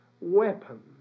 weapon